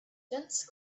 dense